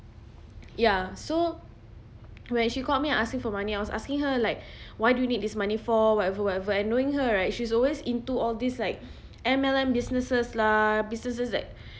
ya so when she called me and ask me for money I was asking her like why do you need this money for whatever whatever and knowing her right she's always into all these like M_L_M businesses lah businesses that